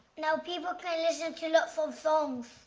now people can listen to lots of songs.